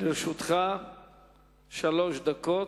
לרשותך שלוש דקות.